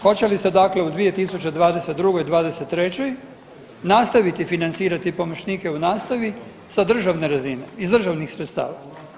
Hoće li se dakle u 2022.-2023. nastaviti financirati pomoćnike u nastavi sa državne razine iz državnih sredstava?